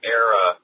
era